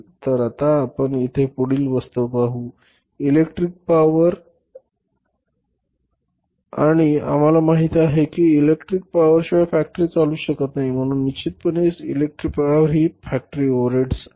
तर आता आपण येथे पुढील वस्तू पाहू इलेक्ट्रिक पॉवर आणि आम्हाला माहित आहे की इलेक्ट्रिक पॉवरशिवाय फॅक्टरी चालू शकत नाही म्हणून निश्चितपणे इलेक्ट्रिक पॉवर हे फॅक्टरी ओव्हरहेड्स आहे